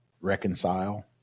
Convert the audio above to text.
reconcile